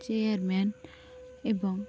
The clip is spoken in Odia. ଚେୟାରମ୍ୟାନ ଏବଂ